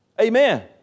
Amen